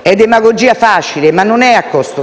È demagogia facile, ma non è a costo zero.